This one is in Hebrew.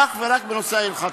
אך ורק בנושא ההלכתי.